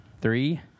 Three